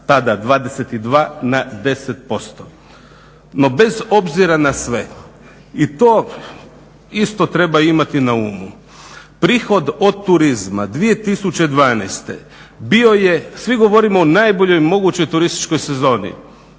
tada 22 na 10%. No, bez obzira na sve i to isto treba imati na umu, prihod od turizma 2012. bio je, svi govorimo u najboljoj mogućoj turističkoj sezoni